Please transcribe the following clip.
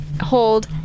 hold